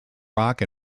rock